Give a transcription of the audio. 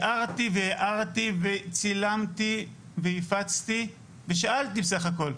הערתי והערתי וצילמתי הפצצתי ושאלתי בסך הכל,